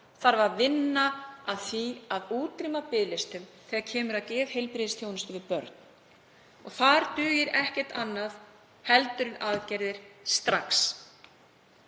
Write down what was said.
þarf að vinna að því að útrýma biðlistum þegar kemur að geðheilbrigðisþjónustu við börn. Þar dugir ekkert annað heldur en aðgerðir strax.